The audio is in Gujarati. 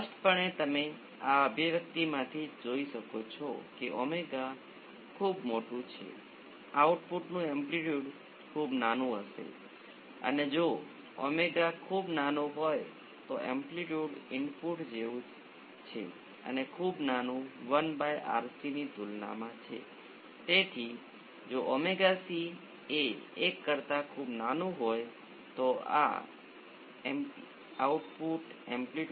દાખલા તરીકે જો મારી પાસે V s બરાબર 0 હોય તો તમારી પાસે R L અને C ની શ્રેણી જોડાણ સાથે એક પણ લૂપ નથી કે તમારી પાસે સમાંતરમાં R L અને C સાથે માત્ર બે નોડ નથી